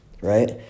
right